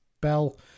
Bell